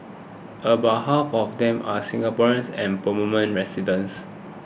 about half of them are Singaporeans and permanent residents